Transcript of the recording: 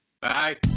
Bye